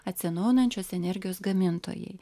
atsinaujinančios energijos gamintojai